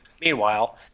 Meanwhile